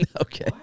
okay